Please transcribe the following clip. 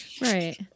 Right